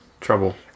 trouble